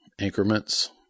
increments